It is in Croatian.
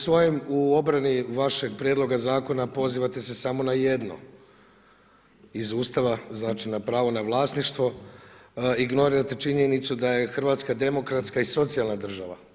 U svojem, u obrani vašeg prijedloga zakona pozivate se samo na jedno iz Ustava, znači na pravo na vlasništvo, ignorirate činjenicu da je Hrvatska demokratska i socijalna država.